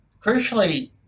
crucially